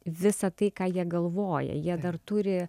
visa tai ką jie galvoja jie dar turi